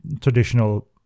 traditional